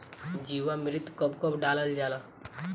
जीवामृत कब कब डालल जाला?